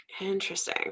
Interesting